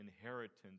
inheritance